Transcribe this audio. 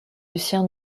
lucien